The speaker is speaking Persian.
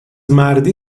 مردی